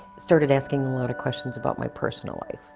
started asking a lot of questions about my personal life,